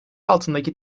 altındaki